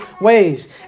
ways